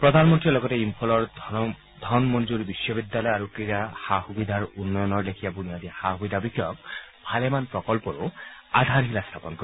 প্ৰধানমন্ত্ৰীয়ে লগতে ইম্ফলৰ ধনমঞ্জুৰি বিশ্ববিদ্যালয় আৰু ক্ৰীড়া সা সুবিধাৰ উন্নয়নৰ লেখিয়া বুনিয়াদী সা সুবিধা বিষয়ক ভালেমান প্ৰকল্পৰো আধাৰশিলা স্থাপন কৰিব